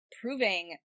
proving